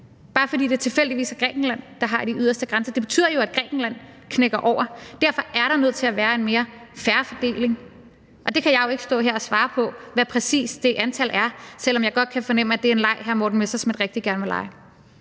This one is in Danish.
bare fordi det tilfældigvis er Grækenland, der har de yderste grænser. Det betyder jo, at Grækenland knækker over. Derfor er der nødt til at være en mere fair fordeling – og jeg kan jo ikke stå her og svare på, hvad det antal præcist er, selv om jeg godt kan fornemme, at det er en leg, hr. Morten Messerschmidt rigtig gerne vil lege.